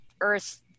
Earth